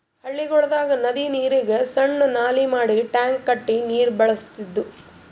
ಹಳ್ಳಿಗೊಳ್ದಾಗ್ ನದಿ ನೀರಿಗ್ ಸಣ್ಣು ನಾಲಿ ಮಾಡಿ ಟ್ಯಾಂಕ್ ಕಟ್ಟಿ ನೀರ್ ಬಳಸ್ತಿದ್ರು